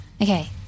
Okay